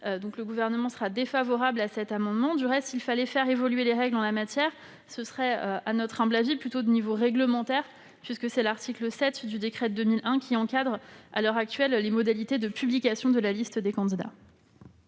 le Gouvernement est défavorable à ces amendements. Au reste, s'il fallait faire évoluer les règles en la matière, le travail à mener serait plutôt de nature réglementaire : c'est en effet l'article 7 du décret de 2001 qui encadre à l'heure actuelle les modalités de publication de la liste des candidats.